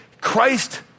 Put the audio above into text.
Christ